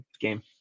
game